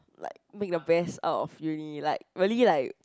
like make the best out of uni like really like